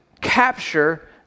capture